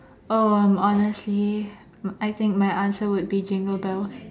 oh I'm honestly I think my answer would be Jingle Bells